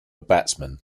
batsman